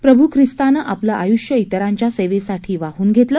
प्रभ् ख्रिस्तानं आपलं आय्ष्य इतरांच्या सेवेसाठी वाहन घेतलं